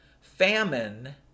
Famine